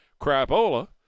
crapola